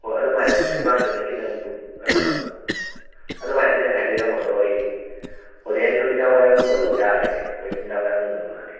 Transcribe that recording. ꯍꯣꯏ ꯑꯗꯨꯃꯥꯏꯅ ꯑꯦꯗꯚꯥꯟꯁ ꯑꯣꯏꯅ ꯈꯤꯇꯪ ꯕꯨꯛ ꯀꯩꯅꯣ ꯑꯗꯨꯃꯥꯏꯅ ꯈꯤꯇꯪ ꯍꯥꯏꯕꯤꯔꯝꯃꯣ ꯑꯗꯨꯒ ꯑꯩ ꯍꯣꯔꯦꯟ ꯅꯨꯃꯤꯗꯥꯡ ꯋꯥꯏꯔꯝꯒꯨꯝꯕ ꯂꯧ ꯌꯥꯔꯗꯤ ꯍꯣꯔꯦꯟ ꯅꯨꯃꯤꯗꯥꯡ ꯋꯥꯏꯔꯝꯒꯨꯝꯕ ꯂꯧ ꯂꯥꯛꯀꯦ